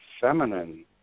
feminine